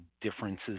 differences